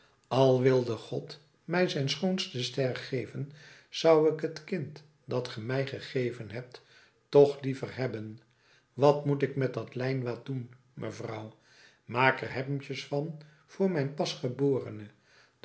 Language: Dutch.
al wilde god mij zijn schoonste ster geven zou ik het kind dat ge mij gegeven hebt toch liever hebben wat moet ik met dat lijnwaad doen mevrouw maak er hemdjes van voor mijn pasgeborene